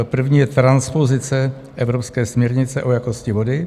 První je transpozice evropské směrnice o jakosti vody.